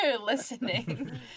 listening